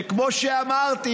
וכמו שאמרתי,